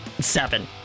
seven